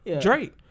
Drake